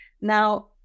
Now